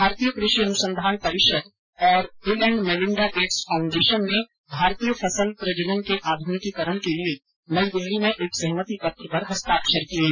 भारतीय कृषि अनुसंधान परिषद् आईसीएआर और Bill and Melinda Gates Foundation ने भारतीय फसल प्रजनन के आधुनिकीकरण के लिए नई दिल्ली में एक सहमति पत्र पर हस्ताक्षर किये